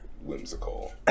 whimsical